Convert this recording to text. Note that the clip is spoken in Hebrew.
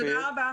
תודה רבה.